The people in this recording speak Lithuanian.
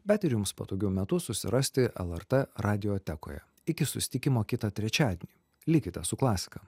bet ir jums patogiu metu susirasti lrt radiotekoje iki susitikimo kitą trečiadienį likite su klasika